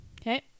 okay